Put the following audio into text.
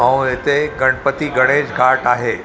ऐं हिते गणपति गणेश घाट आहे